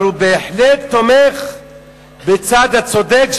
אבל הוא בהחלט תומך בצד הצודק,